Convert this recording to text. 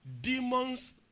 demons